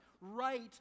right